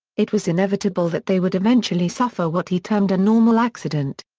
it was inevitable that they would eventually suffer what he termed a normal accident.